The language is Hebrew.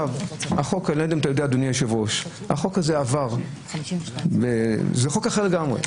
אדוני היושב-ראש, החוק הזה עבר, זה חוק אחר לגמרי.